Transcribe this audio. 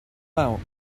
out